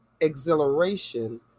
exhilaration